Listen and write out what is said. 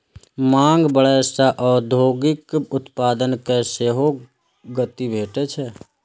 मांग बढ़ै सं औद्योगिक उत्पादन कें सेहो गति भेटै छै